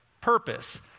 purpose